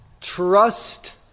trust